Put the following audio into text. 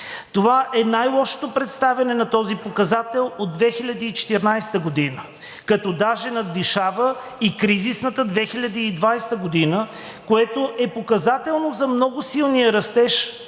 Това е най-лошото представяне на този показател от 2014 г., като даже надвишава и кризисната 2020 г., което е показателно за много силния растеж